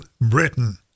Britain